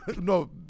no